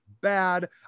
bad